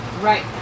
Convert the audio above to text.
Right